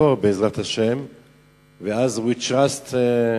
היהודי בבורא עולם או אמונה בבורא עולם,